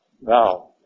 Now